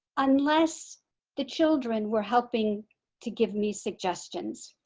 unless the children were helping to give me suggestions.